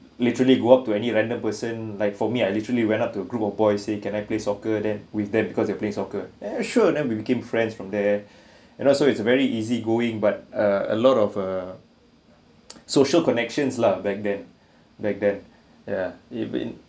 literally walk to any random person like for me I literally went up to a group of boys eh can I play soccer than with them because they're play soccer eh sure then we became friends from there and also it's a very easy going but uh a lot of a social connections lah back then back then ya even